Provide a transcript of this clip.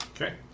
Okay